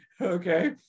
okay